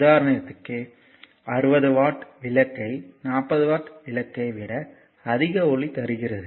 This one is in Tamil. உதாரணத்திற்கு 60 வாட் விளக்கை 40 வாட் விளக்கை விட அதிக ஒளி தருகிறது